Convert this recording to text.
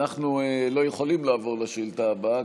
אנחנו לא יכולים לעבור לשאילתה הבאה,